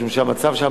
משום שהמצב שם,